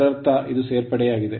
ಇದರರ್ಥ ಇದು ಸೇರ್ಪಡೆಯಾಗಿದೆ